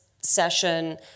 session